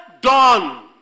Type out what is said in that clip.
done